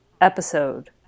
episode